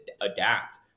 adapt